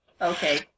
Okay